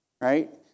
Right